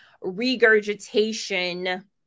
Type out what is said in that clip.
Regurgitation